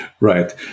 Right